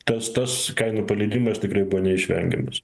tas tas kainų paleidimas tikrai buvo neišvengiamas